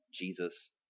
Jesus